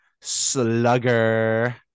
Slugger